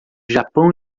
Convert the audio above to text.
japão